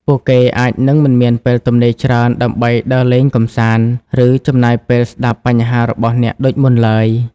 ពួកគេអាចនឹងមិនមានពេលទំនេរច្រើនដើម្បីដើរលេងកម្សាន្ត ឬចំណាយពេលស្តាប់បញ្ហារបស់អ្នកដូចមុនឡើយ។